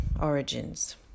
origins